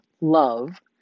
love